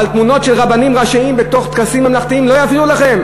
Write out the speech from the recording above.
תמונות של רבנים ראשיים בטקסים ממלכתיים לא יפריעו לכם?